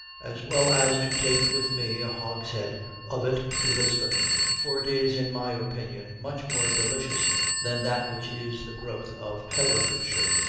as well as to take with me a hogshead of it to lisbon for it is, in my opinion, much more delicious than that which is the growth of herefordshire.